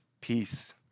peace